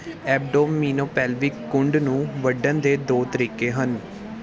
abdominopelvic ਕੁੰਡ ਨੂੰ ਵੰਡਣ ਦੇ ਦੋ ਤਰੀਕੇ ਹਨ